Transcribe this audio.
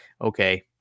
okay